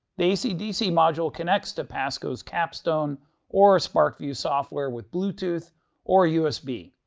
the ac dc module connects to pasco's capstone or sparkvue software with bluetooth or usb.